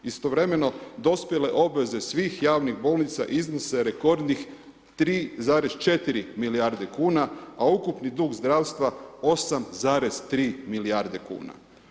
Istovremeno, dospjele obveze svih javnih bolnica iznose rekordnih 3,4 milijarde kuna, a ukupni dug zdravstva 8,3 milijarde kuna.